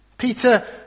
Peter